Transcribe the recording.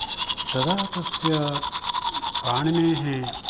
तदा तस्य पाणिनेः